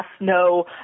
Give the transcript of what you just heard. no